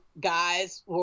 guys